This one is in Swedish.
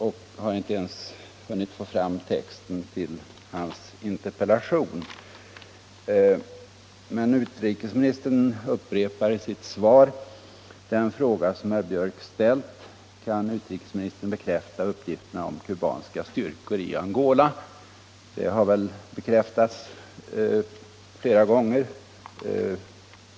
Jag har inte ens hunnit få fram texten till hans interpellation. Men utrikesministern upprepar i sitt svar den fråga som herr Björck ställt: Kan utrikesministern bekräfta uppgifterna om kubanska styrkor i Angola? Det har väl bekräftats flera gånger.